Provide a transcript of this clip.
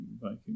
Viking